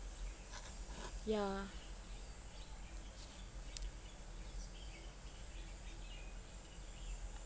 yeah